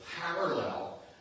parallel